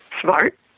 smart